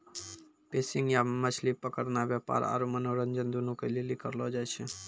fishing या मछली पकड़नाय व्यापार आरु मनोरंजन दुनू के लेली करलो जाय छै